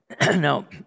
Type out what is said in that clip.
Now